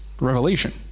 revelation